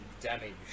damage